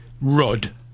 rod